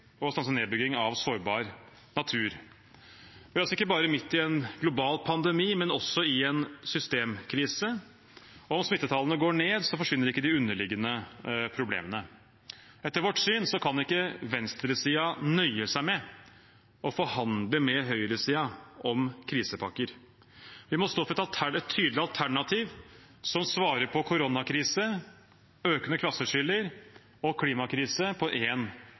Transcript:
og nedbygging av sårbar natur. Vi er altså ikke bare midt i en global pandemi, men også i en systemkrise. Om smittetallene går ned, forsvinner ikke de underliggende problemene. Etter vårt syn kan ikke venstresiden nøye seg med å forhandle med høyresiden om krisepakker. Vi må stå for et tydelig alternativ som svarer på koronakrise, økende klasseskiller og klimakrise på